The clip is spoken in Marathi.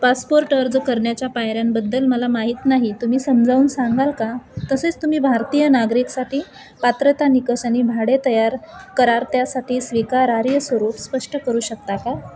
पासपोर्ट अर्ज करण्याच्या पायऱ्यांबद्दल मला माहीत नाही तुम्ही समजावून सांगाल का तसेच तुम्ही भारतीय नागरिकसाठी पात्रता निकष आणि भाडे तयार करार त्यासाठी स्वीकारार्ह स्वरूप स्पष्ट करू शकता का